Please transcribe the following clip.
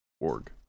org